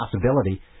possibility